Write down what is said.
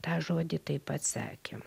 tą žodį taip pat sakė